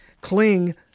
cling